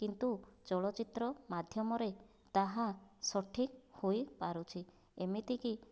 କିନ୍ତୁ ଚଳଚ୍ଚିତ୍ର ମାଧ୍ୟମରେ ତାହା ସଠିକ୍ ହୋଇପାରୁଛି ଏମିତିକି